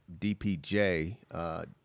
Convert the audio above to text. DPJ